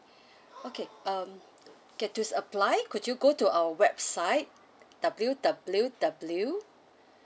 okay um okay to apply could you go to our website W_W_W